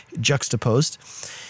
juxtaposed